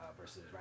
versus